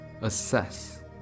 assess